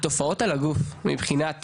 התופעות על הגוף, מבחינת